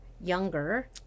younger